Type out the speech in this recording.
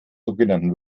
sogenannten